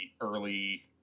early